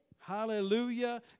Hallelujah